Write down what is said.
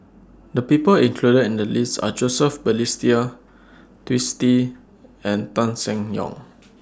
The People included in The list Are Joseph Balestier Twisstii and Tan Seng Yong